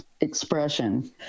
expression